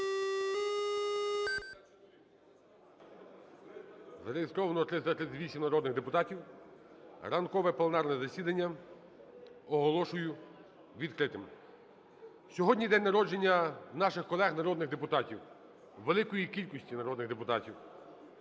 Зареєстровано 338 народних депутатів. Ранкове пленарне засідання оголошую відкритим. Сьогодні день народження наших колег народних депутатів, великої кількості народних депутатів.